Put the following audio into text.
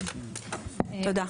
תודה.